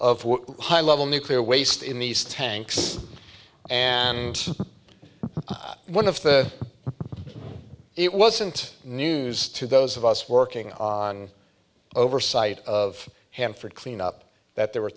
of high level nuclear waste in these tanks and one of the it wasn't news to those of us working on oversight of hanford cleanup that there were